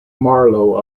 marlowe